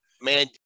man